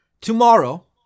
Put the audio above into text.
Tomorrow